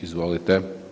Izvolite.